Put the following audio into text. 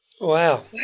Wow